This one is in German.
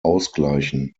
ausgleichen